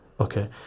okay